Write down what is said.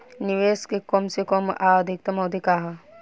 निवेश के कम से कम आ अधिकतम अवधि का है?